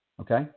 Okay